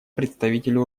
представителю